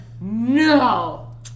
No